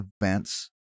events